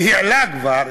והעלה כבר,